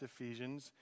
Ephesians